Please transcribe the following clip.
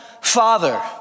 Father